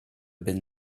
been